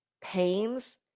pains